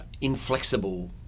inflexible